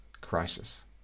crisis